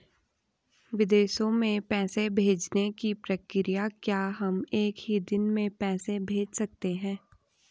विदेशों में पैसे भेजने की प्रक्रिया क्या है हम एक ही दिन में पैसे भेज सकते हैं?